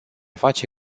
face